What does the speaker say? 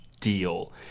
deal